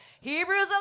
Hebrews